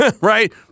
right